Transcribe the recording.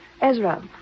Ezra